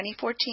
2014